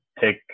take